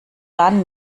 dann